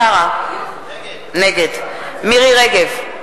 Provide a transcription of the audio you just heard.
נגד מירי רגב,